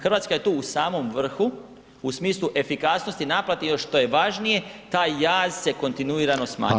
Hrvatska je tu u samom vrhu u smislu efikasnosti naplate i još što je važnije, taj jaz se kontinuirano smanjuje.